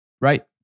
right